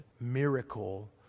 miracle